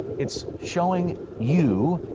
it's showing you,